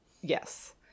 Yes